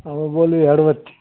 અમે બોલીએ હળવદથી